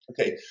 Okay